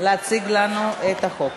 להציג לנו את החוק.